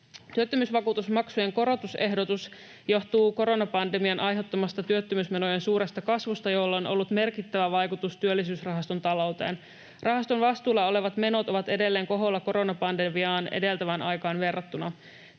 Työttömyysvakuutusmaksujen korotusehdotus johtuu koronapandemian aiheuttamasta työttömyysmenojen suuresta kasvusta, jolla on ollut merkittävä vaikutus Työllisyysrahaston talouteen. Rahaston vastuulla olevat menot ovat edelleen koholla koronapandemiaa edeltävään aikaan verrattuna.